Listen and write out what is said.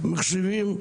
מחשבים,